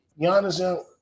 Giannis